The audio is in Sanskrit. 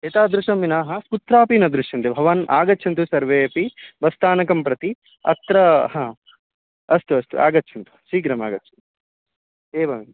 एतादृशमीनाः कुत्रापि न दृश्यन्ते भवान् आगच्छन्तु सर्वे अपि बस्स्थानकं प्रति अत्र हा अस्तु अस्तु आगच्छन्तु शीघ्रमागच्छन्तु एवम्